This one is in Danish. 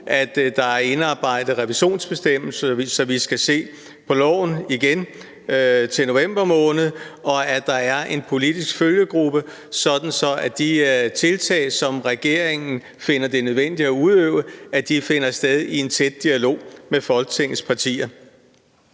at der er indarbejdet en revisionsbestemmelse, så vi skal se på loven igen til november; og at der er en politisk følgegruppe, sådan at de tiltag, som regeringen finder det nødvendigt at udøve, finder sted i en tæt dialog med Folketingets partier.